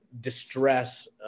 distress